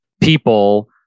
people